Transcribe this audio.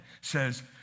says